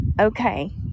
Okay